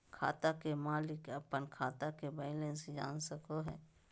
खाता के मालिक अपन खाता के बैलेंस जान सको हय